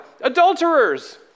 adulterers